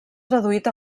traduït